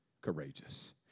courageous